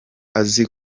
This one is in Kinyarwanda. azi